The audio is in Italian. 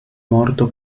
morto